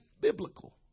biblical